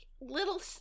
little